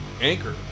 Anchor